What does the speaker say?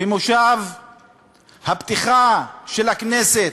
במושב הפתיחה של הכנסת,